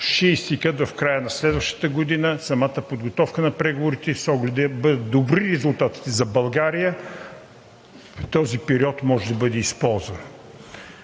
изтекат в края на следващата година. Самата подготовка на преговорите, с оглед да бъдат добри резултатите за България, в този период може да бъде използвана.